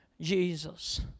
Jesus